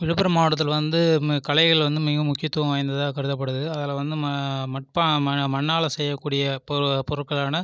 இதுக்கடுத்து வந்து என்னெனா நரிக்குறவர் மூலியமாக செய்யப்படுகிற ஊசிமணி பாசிமணி விஷயங்களும் வந்தும் மிக முக்கியத்துவம் வாய்ந்ததாக கருதப்படுது கைவினைப்பொருட்களில்